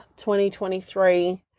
2023